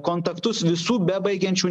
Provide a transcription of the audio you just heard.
kontaktus visų bebaigiančių